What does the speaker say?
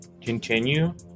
continue